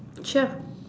sure